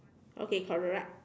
okay correct